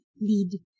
lead